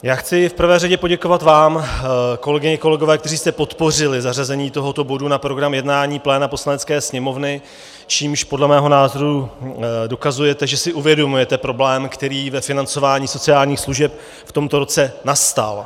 Chci v prvé řadě poděkovat vám, kolegyně, kolegové, kteří jste podpořili zařazení tohoto bodu na program jednání pléna Poslanecké sněmovny, čímž podle mého názoru dokazujete, že si uvědomujete problém, který ve financování sociálních služeb v tomto roce nastal.